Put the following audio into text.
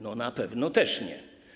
No na pewno też nie.